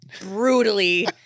Brutally